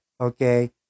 okay